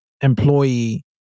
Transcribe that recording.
employee